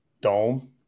dome